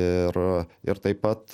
ir ir taip pat